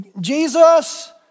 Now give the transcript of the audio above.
Jesus